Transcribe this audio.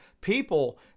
people